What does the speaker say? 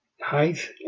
height